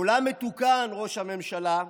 ראש הממשלה,